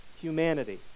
humanity